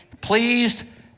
Pleased